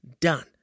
done